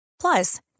Plus